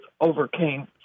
overcame